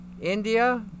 India